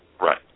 right